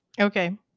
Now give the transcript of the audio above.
Okay